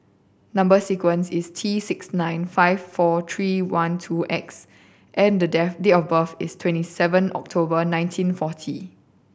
number sequence is T six nine five four three one two X and date of birth is twenty seven October nineteen forty